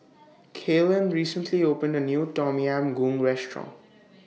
Kaylan recently opened A New Tom Yam Goong Restaurant